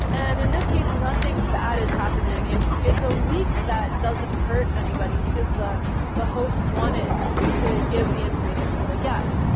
and in this case, nothing bad is happening. it's it's a leak that doesn't hurt anybody, because the the host wanted to give the information to the guest.